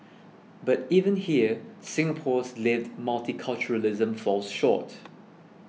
but even here Singapore's lived multiculturalism falls short